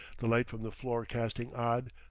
the light from the floor casting odd,